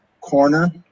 corner